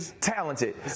talented